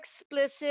explicit